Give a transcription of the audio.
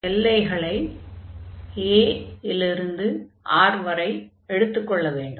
எல்லைகள் a இல் இருந்து R வரை எடுத்துக் கொள்ள வேண்டும்